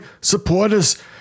supporters